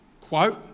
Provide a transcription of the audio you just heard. quote